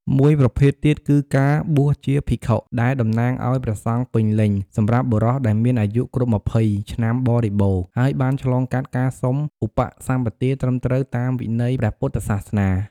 មួយប្រភេទទៀតគឺការបួសជាភិក្ខុ ដែលតំណាងអោយ ព្រះសង្ឃពេញលេញ សម្រាប់បុរសដែលមានអាយុគ្រប់ ២០ ឆ្នាំបរិបូរណ៍ ហើយបានឆ្លងកាត់ការសុំឧបសម្បទាត្រឹមត្រូវតាមវិន័យព្រះពុទ្ធសាសនា។